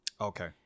Okay